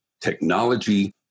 technology